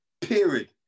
period